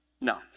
No